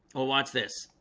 well watch this